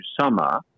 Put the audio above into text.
summer